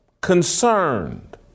concerned